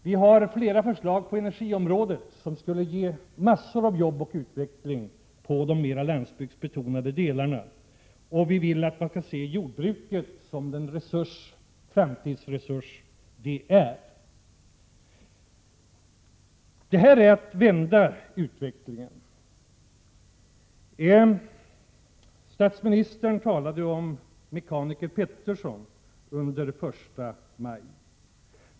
Vi har flera förslag på energiområdet, som skulle ge massor av jobb och utveckling i de mera landsbygdsbetonade delarna. Slutligen vill vi att man skall se jordbruket som den framtidsresurs det är. Det här är att vända utvecklingen. Statsministern talade den 1 maj om mekaniker Peterson.